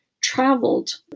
traveled